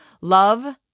Love